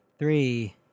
Three